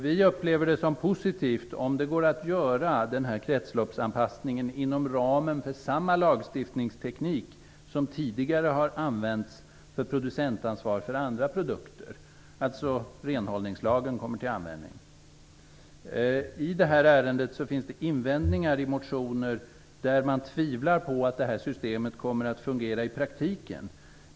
Vi upplever det som positivt om denna kretsloppsanpassning går att göra inom ramen för samma lagstiftningsteknik som tidigare har använts för producentansvar för andra produkter. Renhållningslagen kan alltså komma till användning. I detta ärende finns det invändningar i motioner där man tvivlar på att systemet kommer att fungera i praktiken.